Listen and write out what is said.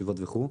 ישיבות וכו',